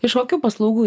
iš kokių paslaugų